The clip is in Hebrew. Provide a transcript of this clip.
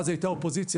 אז הייתה האופוזיציה,